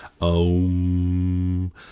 OM